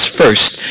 first